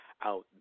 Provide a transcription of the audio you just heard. Out